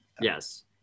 Yes